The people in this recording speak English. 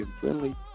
friendly